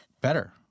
better